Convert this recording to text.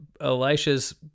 Elisha's